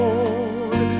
Lord